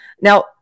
Now